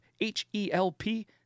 H-E-L-P